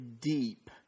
deep